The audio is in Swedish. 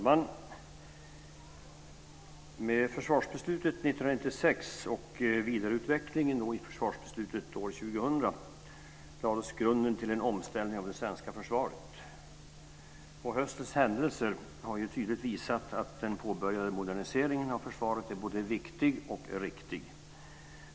Fru talman! Med försvarsbeslutet 1996 och vidareutvecklingen i försvarsbeslutet år 2000 lades grunden till en omställning av det svenska försvaret. Höstens händelser har tydligt visat att den påbörjade moderniseringen av försvaret är både viktig och riktig.